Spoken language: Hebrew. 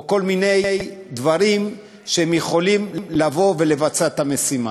כל מיני דברים שהם יכולים לבוא ולבצע את המשימה.